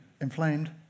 inflamed